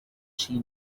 she